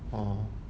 orh